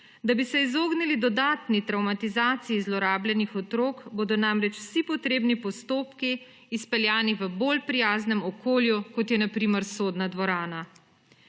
Da bi se izognili dodatni travmatizaciji zlorabljenih otrok, bodo namreč vsi potrebni postopki izpeljani v bolj prijaznem okolju, kot je na primer sodna dvorana.